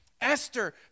Esther